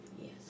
Yes